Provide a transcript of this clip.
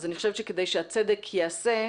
אני חושבת שכדי שהצדק ייעשה,